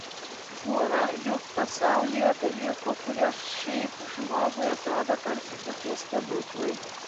būna juk pasaulyje dalykų kurie šiaip žmogui atrodo tarsi kokie stebuklai